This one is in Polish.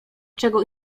czego